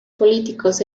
políticos